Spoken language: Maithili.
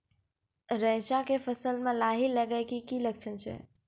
रैचा के फसल मे लाही लगे के की लक्छण छै?